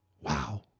Wow